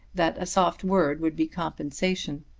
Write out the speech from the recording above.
that a soft word would be compensation.